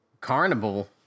Carnival